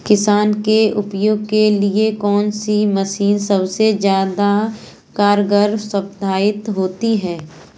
किसान के उपयोग के लिए कौन सी मशीन सबसे ज्यादा कारगर साबित होती है?